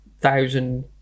thousand